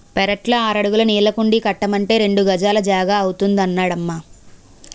పెరట్లో ఆరడుగుల నీళ్ళకుండీ కట్టమంటే రెండు గజాల జాగా అవుతాదన్నడమ్మా